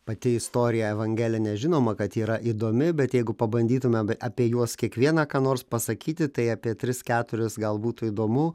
pati istorija evangelija nežinoma kad yra įdomi bet jeigu pabandytume apie juos kiekvieną ką nors pasakyti tai apie tris keturis gal būtų įdomu